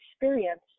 experience